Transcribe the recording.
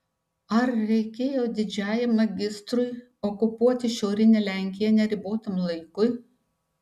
ar reikėjo didžiajam magistrui okupuoti šiaurinę lenkiją neribotam laikui